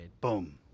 Boom